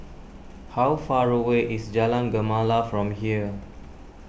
how far away is Jalan Gemala from here